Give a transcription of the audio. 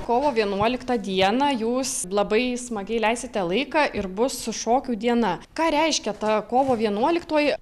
kovo vienuoliktą dieną jūs labai smagiai leisite laiką ir bus su šokių diena ką reiškia ta kovo vienuoliktoji